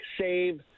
save